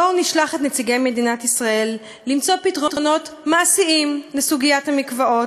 בואו נשלח את נציגי מדינת ישראל למצוא פתרונות מעשיים לסוגיית המקוואות,